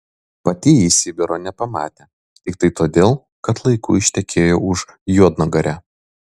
pati ji sibiro nepamatė tiktai todėl kad laiku ištekėjo už juodnugario